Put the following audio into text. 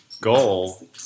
goal